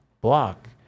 block